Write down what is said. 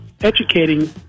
educating